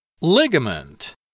Ligament